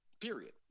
period